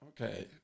okay